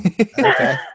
okay